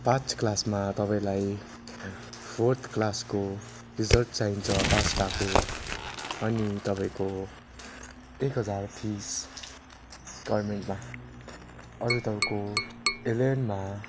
पाँच क्लासमा तपाईँलाई फोर्थ क्लासको रिजल्ट चाहिन्छ पास भएको अनि तपाईँको एक हजार फिस गर्मेन्टमा अरू तपाईँको इलेभेनमा